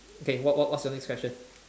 K what what's your next question